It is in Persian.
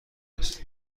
است